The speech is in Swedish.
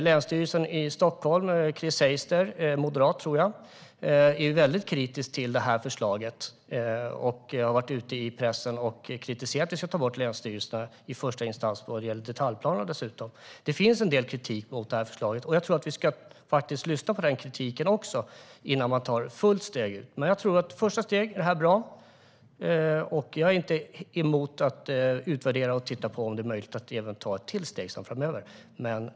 Landshövdingen i Stockholms län, Chris Heister, som jag tror är moderat, är väldigt kritisk till det här förslaget och har varit ute i pressen och kritiserat att vi ska ta bort länsstyrelserna som första instans vad gäller detaljplanerna. Det finns en del kritik mot det här förslaget, och jag tycker att vi ska lyssna på kritiken innan vi förändrar detta fullt ut. Men i ett första steg tror jag att det här är bra. Jag är inte emot att utvärdera det och titta på om det är möjligt att ta ett till steg framöver.